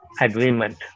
agreement